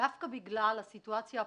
ודווקא בגלל הסיטואציה הפוליטית,